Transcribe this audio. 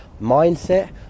mindset